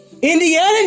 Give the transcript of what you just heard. Indiana